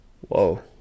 Whoa